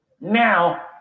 Now